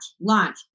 launch